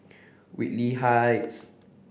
Whitley Heights